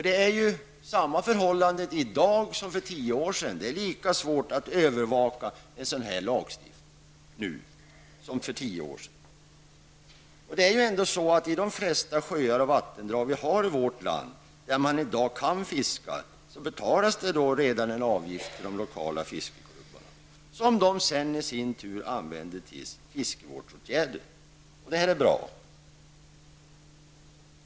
Det är ju samma förhållande i dag som för tio år sedan -- det är lika svårt att övervaka en sådan här lagstiftning nu som för tio år sedan. I de flesta sjöar och vattendrag i vårt land, där man i dag kan fiska, betalas det redan en avgift till de lokala fiskeklubbarna, pengar som de sedan använder till fiskevårdsåtgärder. Det är bra.